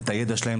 את הידע שלהם,